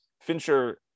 Fincher